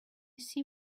see